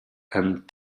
and